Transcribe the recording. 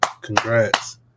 congrats